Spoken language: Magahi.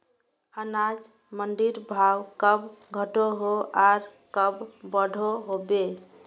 अनाज मंडीर भाव कब घटोहो आर कब बढ़ो होबे?